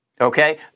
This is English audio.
okay